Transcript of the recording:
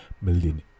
million